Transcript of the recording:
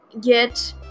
get